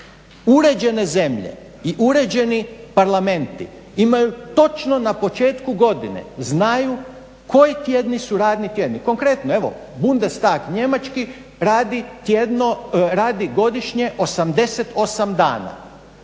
Uređene zemlje i uređeni Parlamenti imaju točno na početku godine, znaju koji tjedni su radni tjedni. Konkretno evo Bundestag njemački radi tjedno,